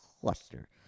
cluster